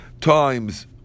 times